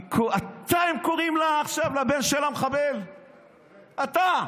אתה, הם קוראים עכשיו לבן שלה "מחבל"; אתה,